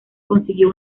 consiguió